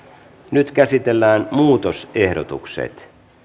nyt käsitellään muutosehdotukset